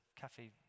cafe